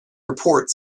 report